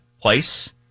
place